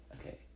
Okay